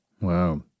Wow